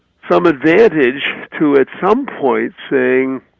some advantage to at some point saying,